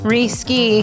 Re-ski